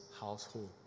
household